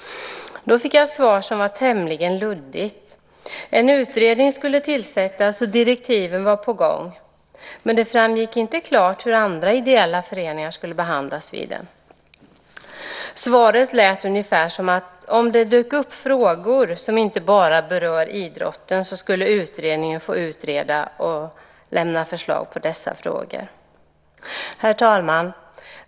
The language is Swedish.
Då fick jag ett svar som var tämligen luddigt. En utredning skulle tillsättas och direktiven var på gång. Men det framgick inte klart hur andra ideella föreningar skulle behandlas i den. Svaret lät ungefär som att om det dök upp frågor som inte bara berörde idrotten skulle utredningen få utreda och lämna förslag i dessa frågor. Herr talman!